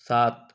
সাত